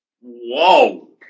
Whoa